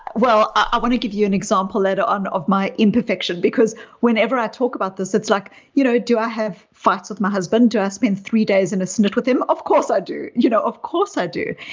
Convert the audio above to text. i want to give you an example later um of my imperfection, because whenever i talk about this, it's like you know do i have fights with my husband? do i spend three days in a snit with him? of course i do. you know of course i do.